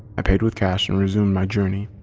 i paid with cash and resumed my journey.